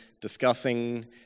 discussing